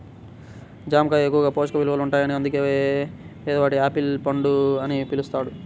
జామ కాయ ఎక్కువ పోషక విలువలుంటాయని అందుకే పేదవాని యాపిల్ పండు అని పిలుస్తారు